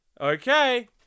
Okay